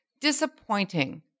disappointing